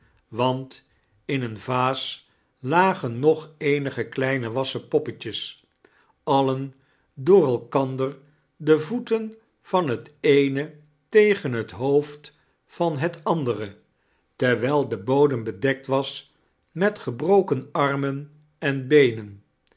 want in een vaas lagen nog eenige kleine wassen poppetjes alien door elkander de voeten van het eeae tegen het hoofd van het andere erwijl de bodem bedekt was met gebroken armen en beenen